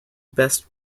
best